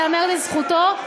ייאמר לזכותו,